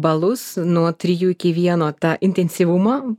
balus nuo trijų iki vieno tą intensyvumą